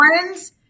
friends